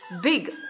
Big